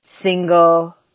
single